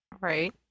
Right